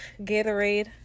Gatorade